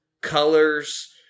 colors